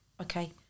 okay